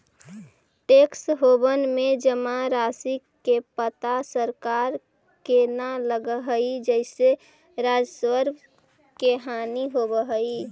tax haven में जमा राशि के पता सरकार के न लगऽ हई जेसे राजस्व के हानि होवऽ हई